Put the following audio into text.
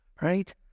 right